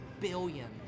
billions